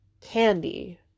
candy